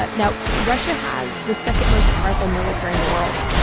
ah now, russia has the second most powerful military in the world.